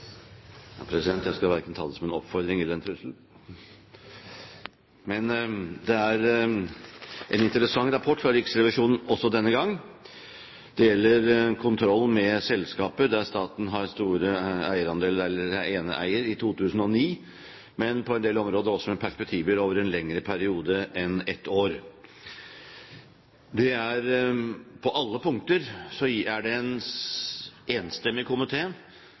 Jeg skal verken ta det som en oppfordring eller som en trussel. Det er en interessant rapport fra Riksrevisjonen også denne gangen. Det gjelder kontroll med selskaper der staten i 2009 har store eierandeler eller er eneeier, men også på en del områder med perspektiver over en lengre periode enn ett år. På alle punkter er det en enstemmig